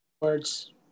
words